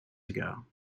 ago